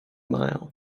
mile